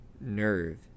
nerve